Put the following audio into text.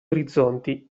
orizzonti